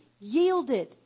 yielded